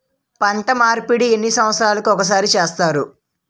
పంట మార్పిడి ఎన్ని సంవత్సరాలకి ఒక్కసారి చేస్తారు?